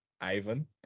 Ivan